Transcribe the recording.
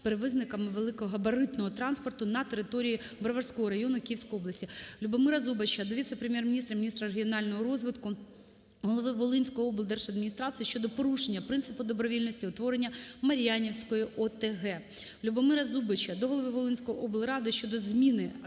перевізниками великогабаритного транспорту на території Броварського району Київської області. Любомира Зубача до Віце-прем’єр-міністра - міністра регіонального розвитку, голови Волинської облдержадміністрації щодо порушення принципу добровільності утворення Мар'янівської ОТГ. Любомира Зубача до голови Волинської облради щодо зміни